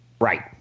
Right